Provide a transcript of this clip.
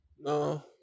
No